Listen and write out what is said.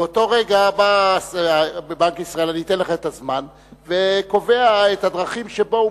באותו רגע בנק ישראל קובע את הדרכים שבהן